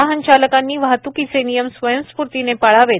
वाहन चालकांनी वाहत्कीचे नियम स्वयंस्फूर्तीने पाळावेत